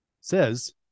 says